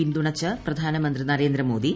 പിന്തുണച്ച് പ്രധാനമന്ത്രി ന്റ്രേന്ദ്ര മോദി